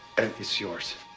and it's yours.